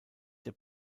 der